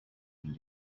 een